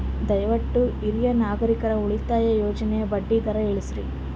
ದಯವಿಟ್ಟು ಹಿರಿಯ ನಾಗರಿಕರ ಉಳಿತಾಯ ಯೋಜನೆಯ ಬಡ್ಡಿ ದರ ತಿಳಸ್ರಿ